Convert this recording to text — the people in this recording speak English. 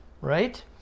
Right